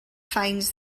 finds